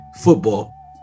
football